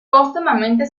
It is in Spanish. póstumamente